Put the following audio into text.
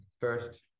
first